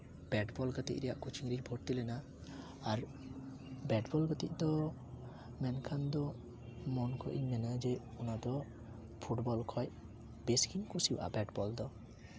bat ᱵᱚᱞ ᱜᱟᱛᱮᱜ ᱨᱮᱭᱟᱜ ᱠᱳᱪᱤᱝ ᱨᱤᱧ ᱵᱷᱚᱨᱛᱤ ᱞᱮᱱᱟ ᱟᱨ ᱵᱮᱴᱵᱚᱞ ᱜᱟᱛᱮᱜ ᱫᱚ ᱢᱮᱱᱠᱷᱟᱱ ᱫᱚ ᱢᱚᱱ ᱠᱷᱚᱡ ᱤᱧ ᱢᱮᱱᱟ ᱡᱮ ᱚᱱᱟ ᱫᱚ ᱯᱷᱩᱴᱵᱚᱞ ᱠᱷᱚᱱ ᱵᱮᱥᱜᱤᱧ ᱠᱩᱥᱤᱭᱟᱜᱼᱟ ᱵᱮᱴᱵᱚᱞ ᱫᱚ